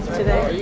today